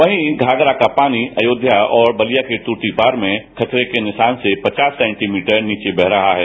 वहीं घाघरा का पानी अयोध्या और बलिया के तूर्तीपार में खतरे के निशान से पचास सेंटीमीटर नीचे वह रहा है